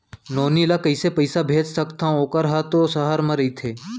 नोनी ल कइसे पइसा भेज सकथव वोकर हा त सहर म रइथे?